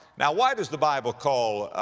now why does the bible call, ah,